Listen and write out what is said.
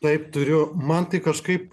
taip turiu man tai kažkaip